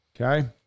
Okay